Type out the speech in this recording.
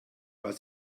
weil